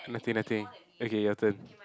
nothing nothing okay your turn